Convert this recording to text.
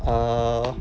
ugh